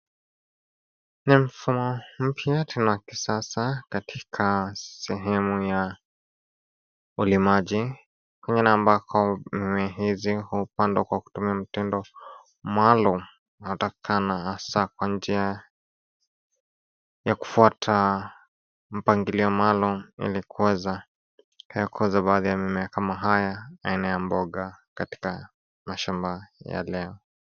Ni mfumo mpya tena wa kisasa katika sehemu ya ulimaji kule ambako mimea hizi hupandwa kwa kutumia mtindo maalum unatokana haswa kwa njia ya kufuata mpangilio maalum ili kuweza kukuza baadhi ya mimea kama haya yana mboga katika mashamba ya leo.